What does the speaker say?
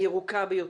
הירוקה ביותר.